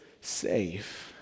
safe